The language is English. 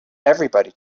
everybody